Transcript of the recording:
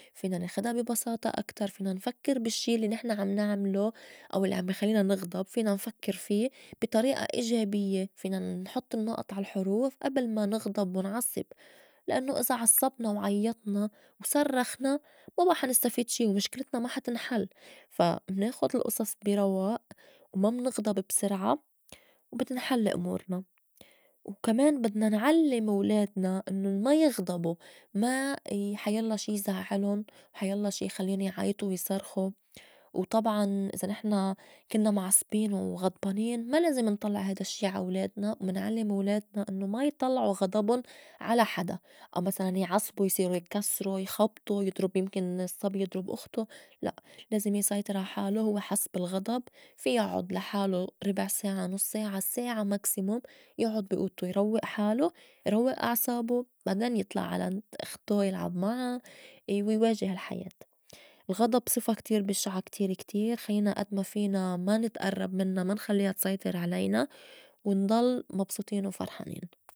فينا ناخدا بي بساطة أكتر، فينا نفكّر بالشّي الّي نحن عم نعملو أو الّي عم بي خلّينا نغضب، فينا نفكّر في بي طريئة إيجابيّة، فينا نحط النُّقط عالحُروف أبل ما نغضب ونعصّب، لأنّو إذا عصّبنا وعيّطنا وصرّخنا ما حنستفيد شي ومُشكلتنا ما حا تنحل فا مناخُد الأصص بي رواء وما منغضب بسرعة وبتنحل أمورنا. وكمان بدنا نعلّم ولادنا إنُّن ما يغضبو ما يحيلّا شي يزعّلُن حيلّا شي يخلّيُن يعيطو ويصرخو. وطبعاً إذا نحن كنّا معصبين وغضبانين ما لازم نطلّع هيدا الشّي عا ولادنا، ومنعلّم ولادنا إنّو ما يطلعو غضبُن على حدا أو مسلاً يعصبو يصيرو يكسرو يخبطو يضرُب يمكن الصّبي يضرب أختو. لأ لازم يسيطر عا حالو هوّ حس بالغضب في يعُّد لحالو ربع ساعة، نص ساعة، ساعة ماكسيموم يعُّد بي أوضتو يروّء حالو، يروّء أعصابه بعدين يطلع على عند إختو يلعب معا ويواجه الحياة. الغضب صفة كتير بشعة كتير- كتير خلّينا أد ما فينا ما نتئرّب منّا ما نخلّيا تسيطر علينا ونضل مبسوطين وفرحانين.